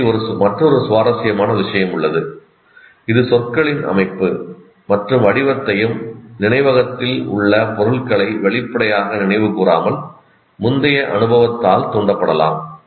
பற்றி மற்றொரு சுவாரஸ்யமான விஷயம் உள்ளது இது சொற்களின் அமைப்பு மற்றும் வடிவத்தையும் நினைவகத்தில் உள்ள பொருட்களை வெளிப்படையாக நினைவு கூறாமல் முந்தைய அனுபவத்தால் தூண்டப்படலாம்